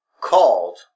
called